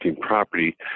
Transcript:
property